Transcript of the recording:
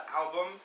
album